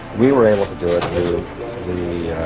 we were able to do it through the.